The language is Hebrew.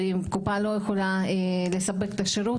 אם קופה לא יכולה לספק את השירות,